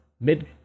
mid